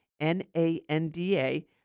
N-A-N-D-A